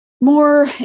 more